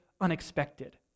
unexpected